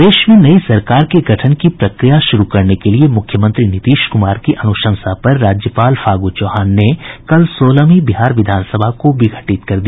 प्रदेश में नई सरकार के गठन की प्रक्रिया शुरू करने के लिये मुख्यमंत्री नीतीश कुमार की अनुशंसा पर राज्यपाल फागू चौहान ने कल सोलहवीं बिहार विधानसभा को विघटित कर दिया